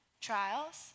trials